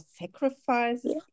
sacrifices